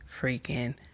freaking